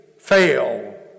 fail